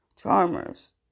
Charmers